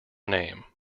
name